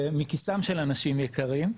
ומכיסם של אנשים יקרים.